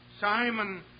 Simon